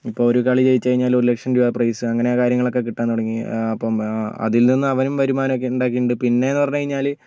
ഇപ്പോൾ ഒരു കളി ജയിച്ച് കഴിഞ്ഞാൽ ഒരു ലക്ഷം രൂപ പ്രൈസ് അങ്ങനെ കാര്യങ്ങളൊക്കെ കിട്ടാൻ തുടങ്ങി അപ്പം അതിൽ നിന്ന് അവനും വരുമാനം ഒക്കെ ഉണ്ട് പിന്നെ എന്ന് പറഞ്ഞ് കഴിഞ്ഞാൽ